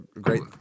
great